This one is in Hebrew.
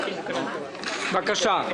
בבקשה.